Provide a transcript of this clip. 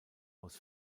aus